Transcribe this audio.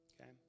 okay